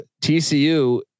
TCU